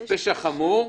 יש פשע חמור,